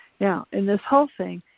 now, in this whole thing,